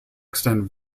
extend